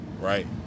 right